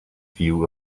view